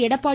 Edappadi